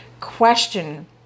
Question